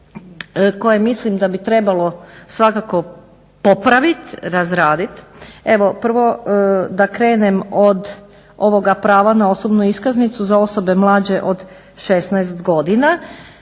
koje mislim da bi trebalo svakako popraviti, razraditi. Evo prvo da krenem od ovoga prava na osobnu iskaznicu za osobe mlađe od 16 godina